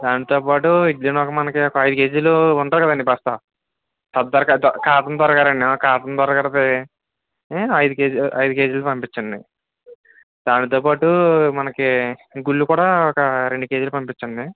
దాంతోపాటు ఇడ్లి నూక మనకు ఒక అయిదు కేజీలు ఉంటుంది కదండి బస్తా కద్దర్ కద్ద కాటన్ దొరగారు అండి కాటన్ దొరగారిది ఐదు కేజి ఐదు కేజీలు పంపించండి దాంతోపాటు మనకి గుండ్లు కూడా ఒక రెండు కేజీలు పంపించండి